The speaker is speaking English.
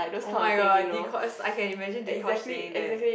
oh my god Deekosh I can imagine Deekosh saying that